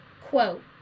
quote